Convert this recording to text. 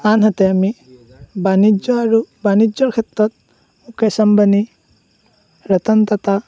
আনহাতে আমি বাণিজ্য আৰু বাণিজ্যৰ ক্ষেত্ৰত মুকেশ আম্বানী ৰতন টাটা